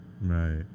Right